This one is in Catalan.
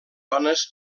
dones